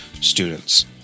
students